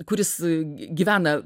kuris gyvena